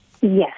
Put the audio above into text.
Yes